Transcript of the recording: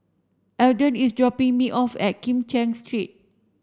Eldon is dropping me off at Kim Cheng Street